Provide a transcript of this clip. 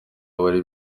wari